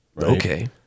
okay